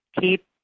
Keep